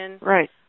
Right